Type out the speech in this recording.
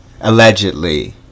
allegedly